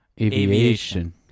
Aviation